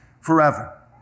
forever